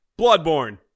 bloodborne